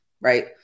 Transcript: Right